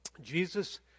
Jesus